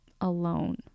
alone